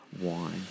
wine